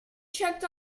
checked